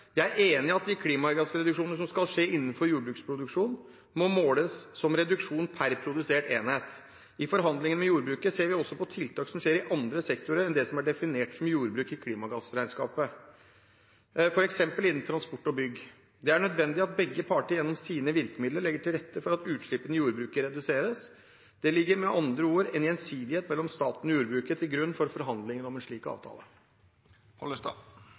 Jeg er enig i at de klimagassreduksjoner som skal skje innenfor jordbruksproduksjonen, må måles som reduksjon per produsert enhet. I forhandlingene med jordbruket ser vi også på tiltak som skjer i andre sektorer enn det som er definert som jordbruk i klimagassregnskapet, f.eks. innen transport og bygg. Det er nødvendig at begge parter gjennom sine virkemidler legger til rette for at utslippene i jordbruket reduseres. Det ligger med andre ord en gjensidighet mellom staten og jordbruket til grunn for forhandlingene om en slik